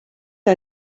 que